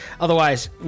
Otherwise